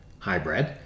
Hybrid